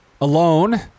alone